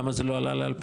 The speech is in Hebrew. למה זה לא עלה ל-2,900?